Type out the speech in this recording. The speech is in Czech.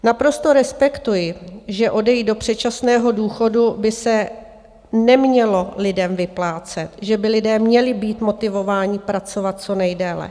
Naprosto respektuji, že odejít do předčasného důchodu by se nemělo lidem vyplácet, že by lidé měli být motivováni pracovat co nejdéle.